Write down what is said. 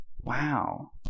wow